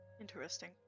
Interesting